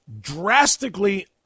drastically